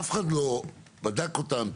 ואף אחד לא בדק אותם,